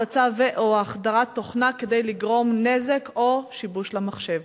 הפצה ו/או החדרת תוכנה כדי לגרום נזק או שיבוש למחשב.